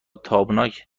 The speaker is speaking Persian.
تابناک